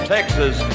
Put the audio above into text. Texas